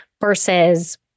versus